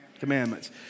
commandments